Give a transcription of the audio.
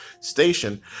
station